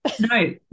No